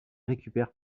récupère